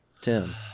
Tim